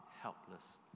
helpless